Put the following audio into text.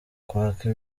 kwaka